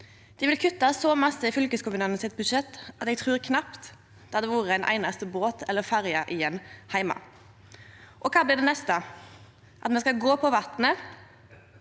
Dei vil kutte så mykje i fylkeskommunane sitt budsjett at eg trur knapt det hadde vore ein einaste båt eller ei einaste ferje igjen heime. Og kva blir det neste? At me skal gå på vatnet?